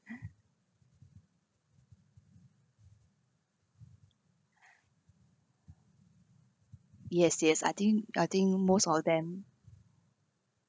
yes yes I think I think most of them